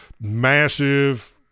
massive